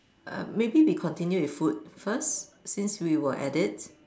err maybe we continue with food first since we were at it